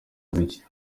muziki